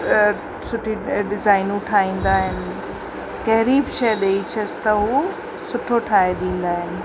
सुठी डिज़ाइनूं ठाहींदा आहिनि कहिड़ी बि शइ ॾेई छस त हू सुठो ठाहे ॾींदा आहिनि